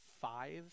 five